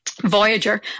Voyager